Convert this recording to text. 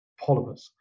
polymers